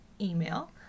email